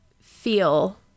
feel